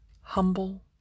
humble